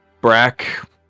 Brack